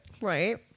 Right